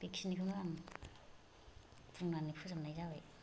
बेखिनिखौनो आं बुंनानै फोजोबनाय जाबाय